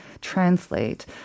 translate